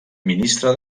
ministre